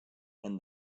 and